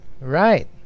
right